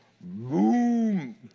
boom